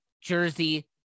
Jersey